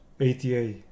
ATA